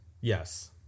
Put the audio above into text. yes